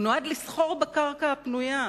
הוא נועד לסחור בקרקע הפנויה.